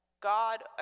God